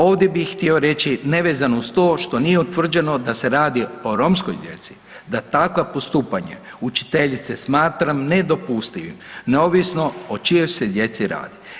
Ovdje bih htio reći, nevezano uz to što nije utvrđeno da se radi o romskoj djeci, da takva postupanja učiteljice smatram nedopustivim neovisno o čijoj se djeci radi.